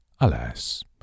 alas